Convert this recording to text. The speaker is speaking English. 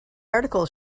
article